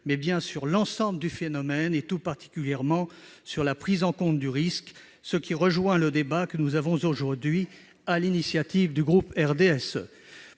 intéressons à l'ensemble du phénomène, tout particulièrement à la prise en compte du risque, ce qui rejoint le débat que nous avons aujourd'hui sur l'initiative du groupe du